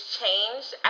changed